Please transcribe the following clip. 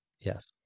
Yes